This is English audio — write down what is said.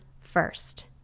first